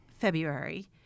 February